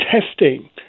testing